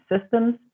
systems